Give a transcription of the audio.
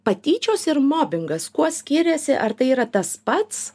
patyčios ir mobingas kuo skiriasi ar tai yra tas pats